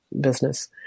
business